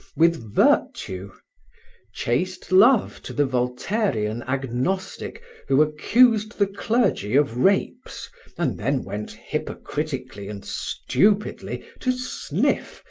with virtue chaste love to the voltairian agnostic who accused the clergy of rapes and then went hypocritically and stupidly to sniff,